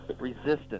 resistance